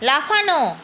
লাফানো